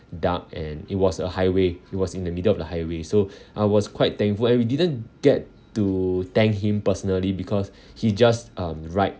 dark and it was a highway it was in the middle of the highway so I was quite thankful and we didn't get to thank him personally because he just um ride